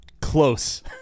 close